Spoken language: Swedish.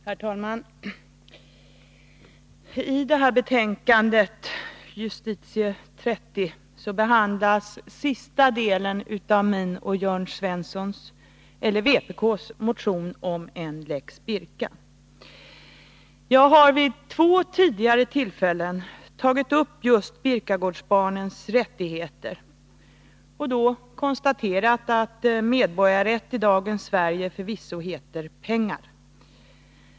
Herr talman! I justitieutskottets betänkande 30 behandlas sista delen av vpk:s motion om en Lex Birka. Jag har vid två tidigare tillfällen tagit upp just Birkagårdsbarnens rättigheter och konstaterat att medborgarrätt i dagens Sverige förvisso heter pengar.